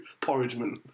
Porridgeman